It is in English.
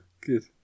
Good